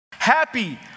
Happy